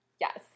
Yes